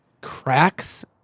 Cracks